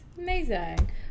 Amazing